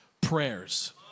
prayers